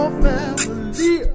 family